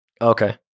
Okay